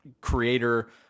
creator